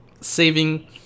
saving